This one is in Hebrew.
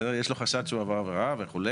יש לו חשד שהוא עבר עבירה וכו',